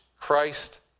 Christ